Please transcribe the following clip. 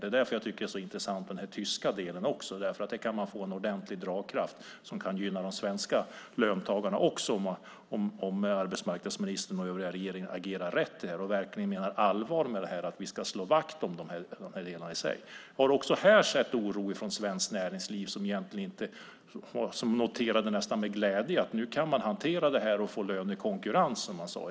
Det är därför jag tycker att det är så intressant med den tyska delen också. Där kan man få en ordentlig dragkraft som kan gynna också de svenska löntagarna om arbetsmarknadsministern och övriga regeringen agerar rätt och verkligen menar allvar med att vi ska slå vakt om detta. Jag har också här sett oro från Svenskt Näringsliv, som nästan med glädje noterade att man nu kan hantera det här och få lönekonkurrens.